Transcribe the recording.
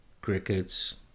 Crickets